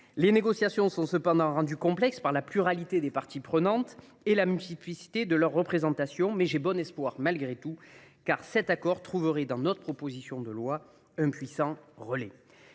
Les négociations sont cependant rendues complexes par la pluralité des parties prenantes et la multiplicité de leurs représentations, mais j’ai bon espoir, malgré tout, car cet accord trouverait, dans notre proposition de loi, un puissant relais.